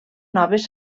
noves